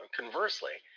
conversely